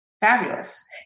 fabulous